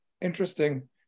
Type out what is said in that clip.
interesting